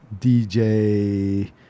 DJ